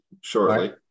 shortly